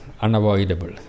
unavoidable